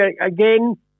again